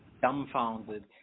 Dumbfounded